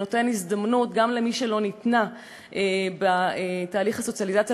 נותן הזדמנות גם למי שהיא לא ניתנה לו בתהליך הסוציאליזציה,